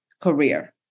career